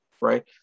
right